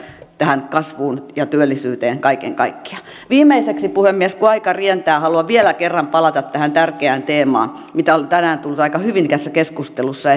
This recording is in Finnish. tähän kasvuun ja työllisyyteen kaiken kaikkiaan viimeiseksi puhemies kun aika rientää haluan vielä kerran palata tähän tärkeään teemaan mikä on tänään tullut aika hyvin tässä keskustelussa